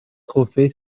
trophée